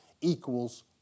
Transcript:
equals